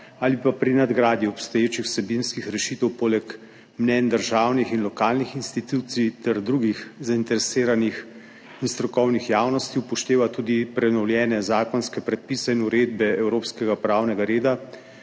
ali pa pri nadgradnji obstoječih vsebinskih rešitev poleg mnenj državnih in lokalnih institucij ter drugih zainteresiranih in strokovnih javnosti upošteva tudi prenovljene zakonske predpise in uredbe evropskega pravnega reda